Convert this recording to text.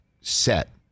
set